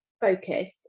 focus